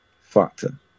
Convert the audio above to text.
factor